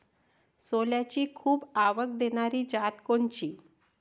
सोल्याची खूप आवक देनारी जात कोनची?